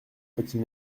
petit